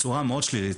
בצורה מאוד שלילית.